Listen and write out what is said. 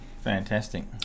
Fantastic